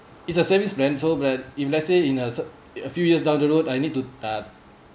it's a savings plan so if let's say in a cer~ a few years down the road I need to uh